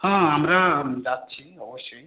হ্যাঁ আমরা যাচ্ছি অবশ্যই